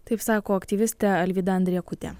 taip sako aktyvistė alvydą andriekutė